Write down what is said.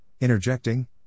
Interjecting